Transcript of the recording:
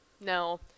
no